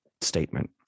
statement